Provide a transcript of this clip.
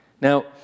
Now